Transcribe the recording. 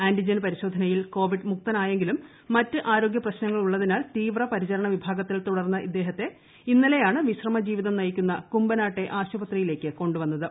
antigen പരിശോധനയിൽ Covid മുക്തനായെങ്കിലും മറ്റ് ആരോഗൃ പ്രശ്നങ്ങൾ ഉള്ളതിനാൽ തീവ്ര പരിചരണ വിഭാഗത്തിൽ തുടർന്ന അദ്ദേഹത്തെ ഇന്നലെയാണ് വിശ്രമ ജീവിതം നയിക്കുന്ന കുമ്പനാട്ടെ ആശുപത്രിയിലേക്ക് കൊണ്ടുവന്നത്